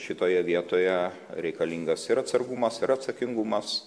šitoje vietoje reikalingas ir atsargumas ir atsakingumas